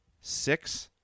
six